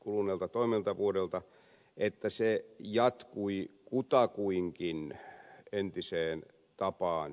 kuluneelta toimintavuodelta se että se jatkui kutakuinkin entiseen tapaansa